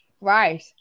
right